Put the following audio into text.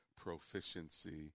proficiency